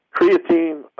Creatine